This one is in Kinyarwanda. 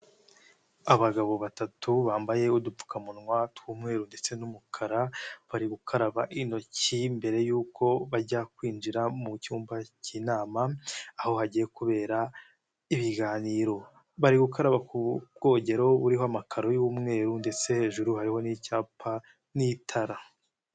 Abagabo batatu bambaye udupfukamunwa tw'umweru ndetse n'umukara, bari gukaraba intoki mbere y'uko bajya kwinjira mu cyumba cy'inama aho hagiye kubera ibiganiro, bari gukaraba ku bwogero buriho amakaro y'umweru ndetse hejuru hariho n'icyapa n'itara.